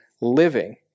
living